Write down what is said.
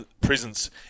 presence